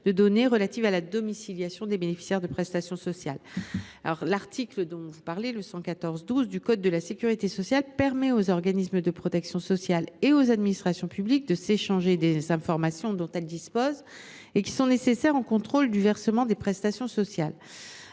des données relatives à la domiciliation des bénéficiaires de prestations sociales. L’article L. 114 12 du code de la sécurité sociale permet aux organismes de protection sociale et aux administrations publiques de s’échanger les informations dont elles disposent qui sont nécessaires au contrôle du versement des prestations sociales.